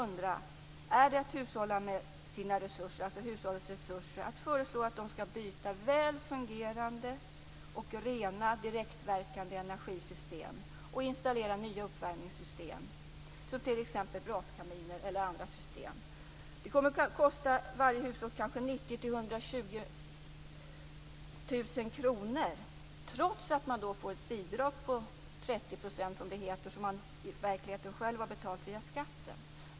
Är det att hushålla med hushållens resurser att föreslå att de skall byta väl fungerande och rena direktverkande energisystem och i stället installera nya uppvärmningssystem som t.ex. braskaminer eller andra system? Det kommer att kosta varje hushåll 90 000-120 000 kr, trots att de får ett bidrag på 30 %- något som de i verkligheten har betalat via skatten.